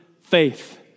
faith